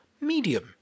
medium